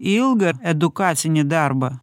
ilgą edukacinį darbą